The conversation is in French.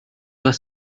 doit